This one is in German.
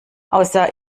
außer